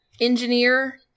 engineer